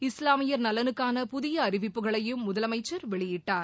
இஸ்லாமியர் நலனுக்கான புதியஅறிவிப்புகளையும் முதலமைச்சர் வெளியிட்டார்